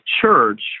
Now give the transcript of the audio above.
Church